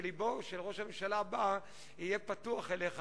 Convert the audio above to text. שלבו של ראש הממשלה הבא יהיה פתוח אליך